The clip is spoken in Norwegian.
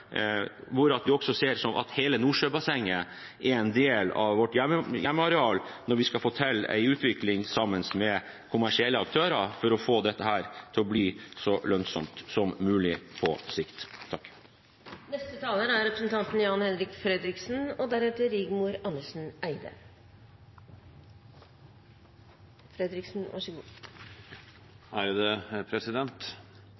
hvor vårt statseide selskap Statoil nå utvikler en havvindmølle, at vi ser at hele Nordsjøbassenget er en del av vårt hjemmeareal, der vi kan få til en utvikling sammen med kommersielle aktører for å få det til å bli så lønnsomt som mulig på sikt. Regjeringen har varslet at den vil legge fram en egen energimelding våren 2016, og